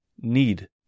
need